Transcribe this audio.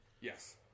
Yes